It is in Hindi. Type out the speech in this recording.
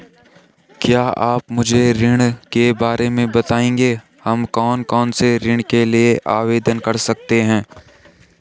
क्या आप मुझे ऋण के बारे में बताएँगे हम कौन कौनसे ऋण के लिए आवेदन कर सकते हैं?